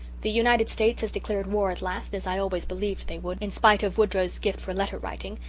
the united states has declared war at last, as i always believed they would, in spite of woodrow's gift for letter writing,